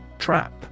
Trap